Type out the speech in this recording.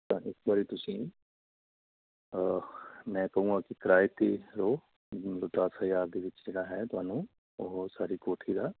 ਤਾਂ ਇੱਕ ਵਾਰ ਤੁਸੀਂ ਮੈਂ ਕਹੂੰਗਾ ਕਿ ਕਿਰਾਏ 'ਤੇ ਰਹੋ ਮਤਲਵ ਦਸ ਹਜ਼ਾਰ ਦੇ ਵਿੱਚ ਜਿਹੜਾ ਹੈ ਤੁਹਾਨੂੰ ਉਹ ਸਾਰੀ ਕੋਠੀ ਦਾ